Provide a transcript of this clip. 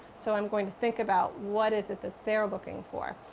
so, i'm going to think about what is it that they're looking for.